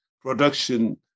production